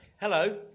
Hello